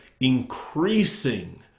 increasing